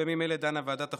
בימים אלה דנה ועדת החוקה,